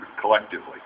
collectively